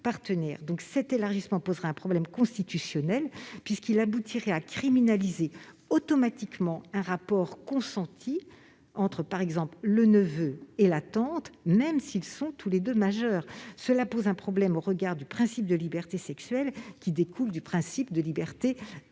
Cet élargissement poserait un problème constitutionnel puisqu'il aboutirait à criminaliser automatiquement un rapport consenti entre, par exemple, un neveu et sa tante, même s'ils sont tous les deux majeurs. Par ailleurs, il pose problème au regard du principe de liberté sexuelle qui découle du principe de liberté individuelle.